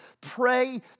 Pray